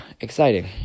exciting